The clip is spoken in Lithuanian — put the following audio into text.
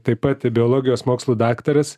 taip pat biologijos mokslų daktaras